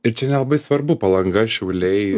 ir čia nelabai svarbu palanga šiauliai